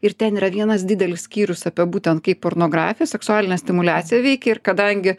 ir ten yra vienas didelis skyrius apie būtent kaip pornografija seksualinė stimuliacija veikia ir kadangi